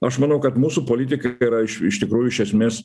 aš manau kad mūsų politika yra iš iš tikrųjų iš esmės